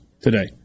today